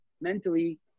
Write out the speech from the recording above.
mentally –